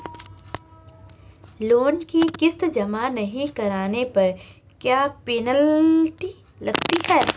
Loan की किश्त जमा नहीं कराने पर क्या पेनल्टी लगती है?